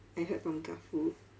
I heard from gafu